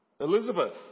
Elizabeth